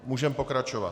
Můžeme pokračovat.